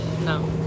No